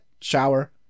shower